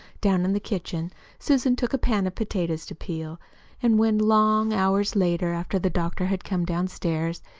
down in the kitchen susan took a pan of potatoes to peel and when, long hours later, after the doctor had come downstairs,